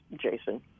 Jason